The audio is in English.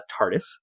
TARDIS